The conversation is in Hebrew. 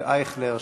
ואייכלר,